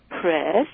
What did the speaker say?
Press